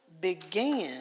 began